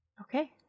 Okay